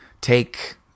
Take